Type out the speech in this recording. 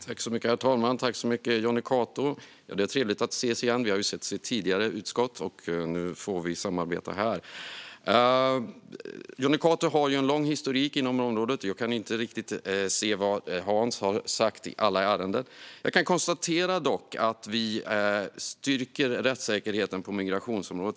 Herr talman! Jag tackar Jonny Cato. Det är trevligt att ses igen. Vi har ju setts i utskottet, och nu får vi samarbeta här. Jonny Cato har lång erfarenhet på området, och jag vet inte riktigt vad Hans har sagt i alla ärenden. Dock kan jag konstatera att vi stärker rättssäkerheten på migrationsområdet.